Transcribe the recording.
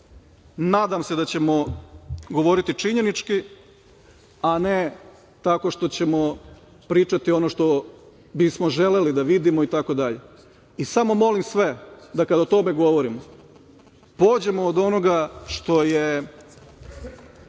Nadam se da ćemo govoriti činjenički a ne tako što ćemo pričati ono što bismo želeli da vidimo. Molim sve da kada o tome govorimo pođemo od onoga što je